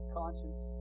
conscience